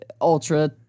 Ultra